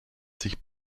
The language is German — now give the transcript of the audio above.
sich